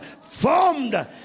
formed